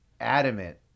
adamant